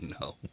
no